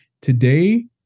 today